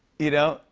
you know?